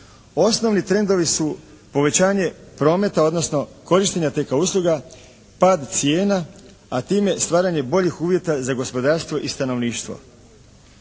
Osnovni trendovi su povećanje prometa odnosno korištenja TK usluga, pad cijena a time stvaranje boljih uvjeta za gospodarstvo i stanovništvo.